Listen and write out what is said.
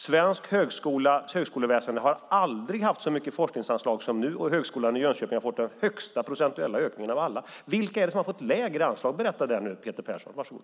Svenskt högskoleväsen har aldrig haft så höga forskningsanslag som nu, och högskolan i Jönköping har fått den högsta procentuella ökningen av alla. Vilka är det som fått lägre anslag? Berätta det, Peter Persson!